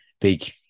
big